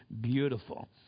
beautiful